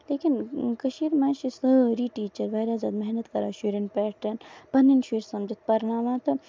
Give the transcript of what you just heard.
لیکن کٔشیٖرِ منٛز چھِ سٲری ٹیٖچر واریاہ زیادٕ محنت کران شُرین پٮ۪ٹھ پَنٕنۍ شُرۍ سمجِتھ پرناوان تہٕ